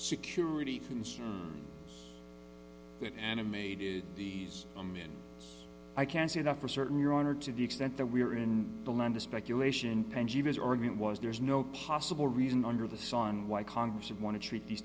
security concerns that animated these i mean i can see enough for certain your honor to the extent that we are in the land of speculation as organ was there's no possible reason under the sun why congress of want to treat these